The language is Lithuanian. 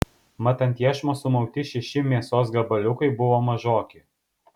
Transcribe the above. mat ant iešmo sumauti šeši mėsos gabaliukai buvo mažoki